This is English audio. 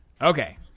okay